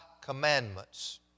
commandments